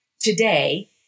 today